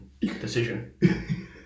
decision